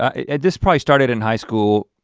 at this point, i started in high school,